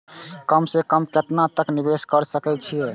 कम से कम केतना तक निवेश कर सके छी ए?